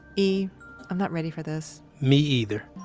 e i'm not ready for this me either,